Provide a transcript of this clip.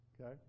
Okay